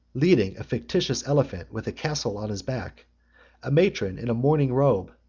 leading a fictitious elephant with a castle on his back a matron in a mourning robe,